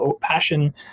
passion